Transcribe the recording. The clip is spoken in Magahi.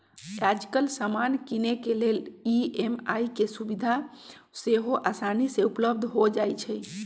याजकाल समान किनेके लेल ई.एम.आई के सुभिधा सेहो असानी से उपलब्ध हो जाइ छइ